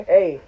Hey